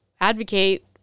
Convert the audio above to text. advocate